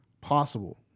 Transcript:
possible